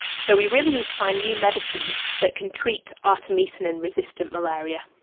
so we really need to find new medicines that can treat artemisinin resistant malaria.